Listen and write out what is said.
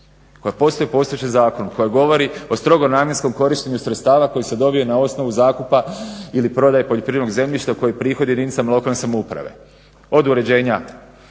koja postoji po postojećem zakonu, koja govori o strogo namjenskom korištenju sredstava koji se dobije na osnovi zakupa ili prodaje poljoprivrednog zemljišta koji je prihod jedinicama lokalne samouprave. Od uređenja